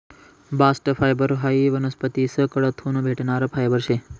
bast fibre हायी वनस्पतीस कडथून भेटणारं फायबर शे